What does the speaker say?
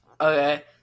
Okay